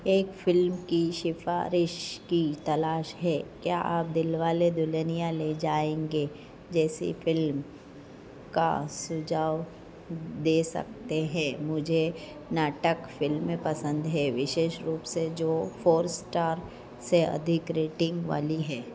एक फ़िल्म की सिफ़ारिश की तलाश है क्या आप दिलवाले दुल्हनिया ले जाएंगे जैसी फ़िल्म का सुझाव दे सकते हैं मुझे नाटक फ़िल्में पसंद हैं विशेष रूप से जो फोर स्टार से अधिक रेटिंग वाली हैं